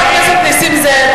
חבר הכנסת נסים זאב,